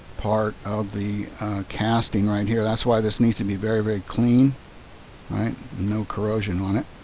part of the casting right here. that's why this needs to be very very clean right? no corrosion on it.